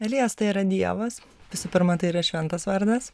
elijas tai yra dievas visų pirma tai yra šventas vardas